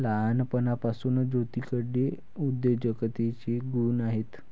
लहानपणापासून ज्योतीकडे उद्योजकतेचे गुण आहेत